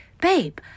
babe